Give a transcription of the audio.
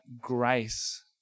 grace